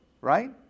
Right